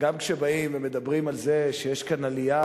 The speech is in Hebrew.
גם כשבאים ומדברים על זה שיש כאן עלייה